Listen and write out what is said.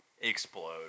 explode